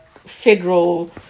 federal